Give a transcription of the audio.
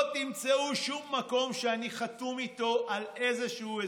לא תמצאו שום מקום שאני חתום איתו על איזשהו הסכם.